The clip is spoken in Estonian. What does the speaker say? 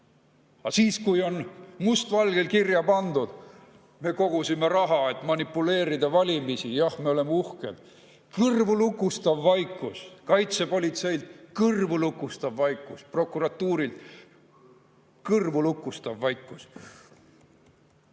Aga kui on must valgel kirja pandud "Me kogusime raha, et manipuleerida valimisi. Jah, me oleme uhked", siis on kõrvulukustav vaikus. Kaitsepolitseilt kõrvulukustav vaikus, prokuratuurilt kõrvulukustav vaikus. Ja